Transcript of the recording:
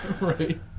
Right